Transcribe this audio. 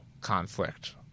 conflict –